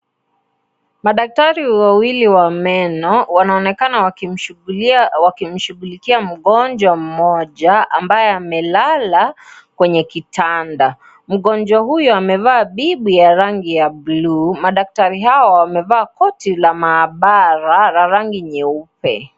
Madaktari wawili wa meno wanaonekana wakishughulikia mgonjwa mmoja ambaye amelala kwenye kitanda, mgonjwa huyu amevaa bibi ya rangi buluu madaktari hawa wamevaa koti la maabara ya rangi nyeupe.